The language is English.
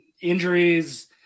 injuries